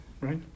right